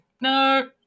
no